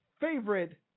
favorite